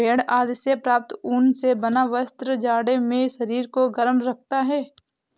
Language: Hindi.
भेड़ आदि से प्राप्त ऊन से बना वस्त्र जाड़े में शरीर को गर्म रखता है